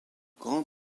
grand